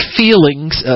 feelings